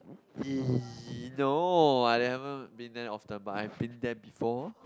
y~ no I never been there often but I've been there before